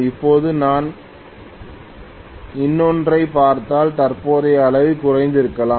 இப்போது நான் இன்னொன்றைப் பார்த்தால் தற்போதைய அளவு குறைந்திருக்கலாம்